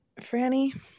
Franny